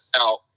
out